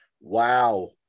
Wow